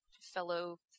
fellow